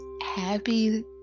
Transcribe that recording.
happy